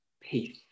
peace